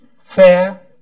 fair